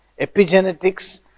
epigenetics